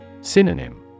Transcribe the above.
Synonym